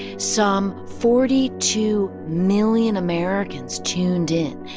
some forty two million americans tuned in,